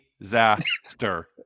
Disaster